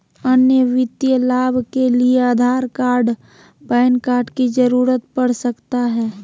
अन्य वित्तीय लाभ के लिए आधार कार्ड पैन कार्ड की जरूरत पड़ सकता है?